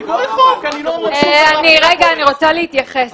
אני רוצה להתייחס.